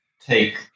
take